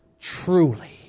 truly